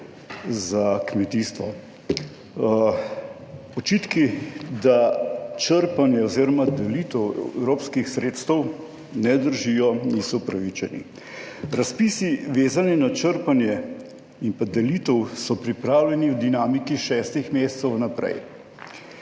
za kmetijstvo. Očitki, da črpanje oziroma delitev evropskih sredstev ne držijo, niso upravičeni. Razpisi, vezani na črpanje in pa delitev so pripravljeni v dinamiki šestih mesecev vnaprej.